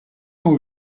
cent